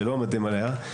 שלא מתים עליה,